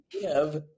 give